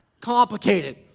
complicated